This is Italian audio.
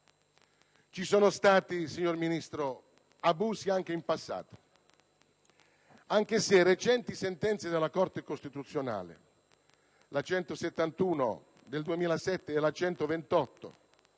Ci sono stati, signor Ministro, abusi anche in passato, anche se recenti sentenze della Corte costituzionale - la n. 171 del 2007 e la n. 128 del